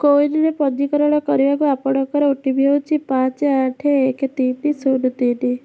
କୋ ୱିନ୍ରେ ପଞ୍ଜୀକରଣ କରିବାକୁ ଆପଣଙ୍କର ଓ ଟି ପି ହେଉଛି ପାଞ୍ଚ ଆଠ ଏକ ତିନି ଶୂନ୍ ତିନି